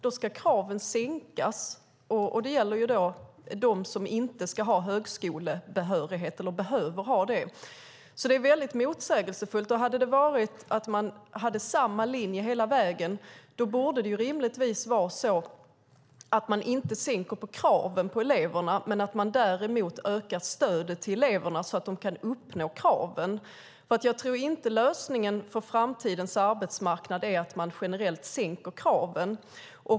Där ska kraven sänkas för dem som inte behöver ha högskolebehörighet. Det är alltså väldigt motsägelsefullt. Om man hade samma linje hela vägen borde man rimligen avstå från att sänka kraven på eleverna och i stället öka stödet till dem, så att de kan leva upp till kraven. Jag tror inte att lösningen för framtidens arbetsmarknad är att man generellt sänker kraven.